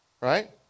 right